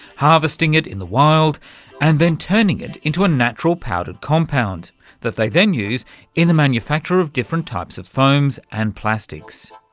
harvesting it in the wild and then turning it into a natural powdered compound that they then use in the manufacture of different types of foams and plastics.